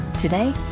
Today